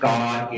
God